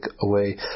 away